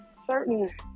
certain